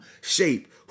shape